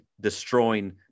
destroying